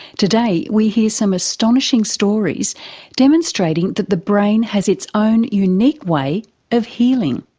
today we hear some astonishing stories demonstrating that the brain has its own unique way of healing.